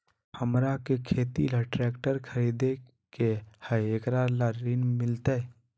हमरा के खेती ला ट्रैक्टर खरीदे के हई, एकरा ला ऋण मिलतई?